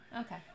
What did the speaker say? Okay